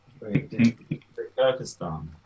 Kyrgyzstan